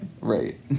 Right